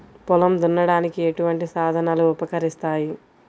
పొలం దున్నడానికి ఎటువంటి సాధనలు ఉపకరిస్తాయి?